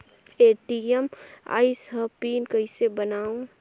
ATM आइस ह pin कइसे बनाओ?